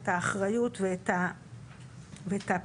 את האחריות ואת הפתיחות